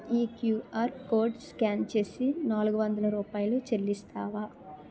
ఈ QR code scan చేసి నాలుగు వందల రూపాయలు చెల్లిస్తావా